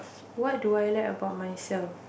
what do I like about myself